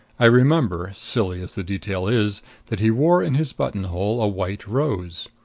i remember silly as the detail is that he wore in his buttonhole a white rose.